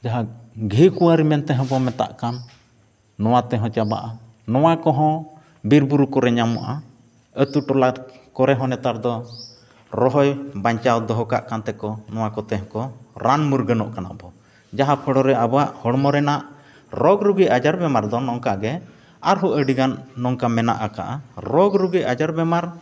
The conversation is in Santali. ᱡᱟᱦᱟᱸ ᱜᱷᱤ ᱠᱩᱣᱟᱹᱨᱤ ᱢᱮᱱᱛᱮ ᱵᱚᱱ ᱢᱮᱛᱟᱜ ᱠᱟᱱ ᱱᱚᱣᱟ ᱛᱮᱦᱚᱸ ᱪᱟᱵᱟᱜᱼᱟ ᱱᱚᱣᱟ ᱠᱚᱦᱚᱸ ᱵᱤᱨᱼᱵᱩᱨᱩ ᱠᱚᱨᱮ ᱧᱟᱢᱚᱜᱼᱟ ᱟᱹᱛᱩ ᱴᱚᱞᱟ ᱠᱚᱨᱮᱦᱚᱸ ᱱᱮᱛᱟᱨ ᱫᱚ ᱨᱚᱦᱚᱭ ᱵᱟᱧᱪᱟᱣ ᱫᱚᱦᱚ ᱠᱟᱜ ᱛᱮᱠᱚ ᱱᱚᱣᱟ ᱠᱚᱛᱮ ᱦᱚᱸᱠᱚ ᱨᱟᱱ ᱢᱩᱨᱜᱟᱱᱚᱜ ᱠᱟᱱᱟ ᱡᱟᱦᱟᱸ ᱯᱷᱳᱲᱳ ᱨᱮ ᱟᱵᱚᱣᱟᱜ ᱦᱚᱲᱢᱚ ᱨᱮᱱᱟᱜ ᱨᱳᱜᱽ ᱨᱩᱜᱤ ᱟᱡᱟᱨ ᱵᱮᱢᱟᱨ ᱫᱚ ᱱᱚᱝᱠᱟᱜᱮ ᱟᱨᱦᱚᱸ ᱟᱹᱰᱤᱜᱟᱱ ᱱᱚᱝᱠᱟ ᱢᱮᱱᱟᱜ ᱠᱟᱜᱼᱟ ᱨᱳᱜᱽᱼᱨᱩᱜᱤ ᱟᱡᱟᱨᱼᱵᱮᱢᱟᱨ